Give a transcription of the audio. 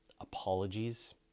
Apologies